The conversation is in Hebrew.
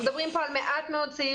אנחנו מדברים פה על מעט מאוד צעירים,